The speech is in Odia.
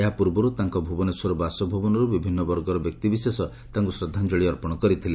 ଏହାପୂର୍ବରୁ ତାଙ୍କ ଭୁବନେଶ୍ୱର ବାସଭବନରୁ ବିଭିନ୍ନ ବର୍ଗର ବ୍ୟକ୍ତିବିଶେଷ ତାଙ୍କୁ ଶ୍ରଦ୍ଧାଞ୍ଞଳି ଅର୍ପଣ କରିଥିଲେ